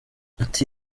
ati